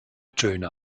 töne